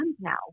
now